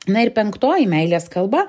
na ir penktoji meilės kalba